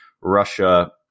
Russia